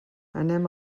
anem